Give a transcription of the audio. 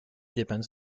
depends